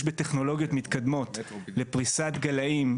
בטכנולוגיות מתקדמות לפריסת גלאים,